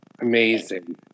Amazing